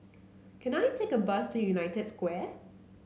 can I take a bus to United Square